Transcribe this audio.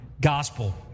gospel